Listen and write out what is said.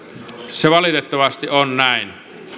se valitettavasti on näin